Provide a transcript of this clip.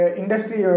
industry